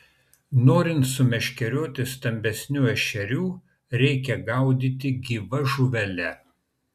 norint sumeškerioti stambesnių ešerių reikia gaudyti gyva žuvele